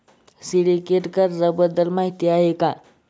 Syndicate कर्जाबद्दल माहिती आहे का?